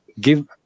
give